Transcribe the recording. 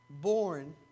born